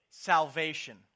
Salvation